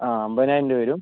അ അമ്പതിനായിരം രൂപ വരും